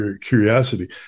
curiosity